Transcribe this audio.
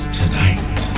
tonight